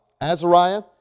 Azariah